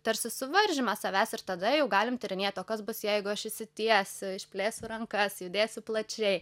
tarsi suvaržymas savęs ir tada jau galim tyrinėt o kas bus jeigu aš išsitiesiu išplėsiu rankas judėsiu plačiai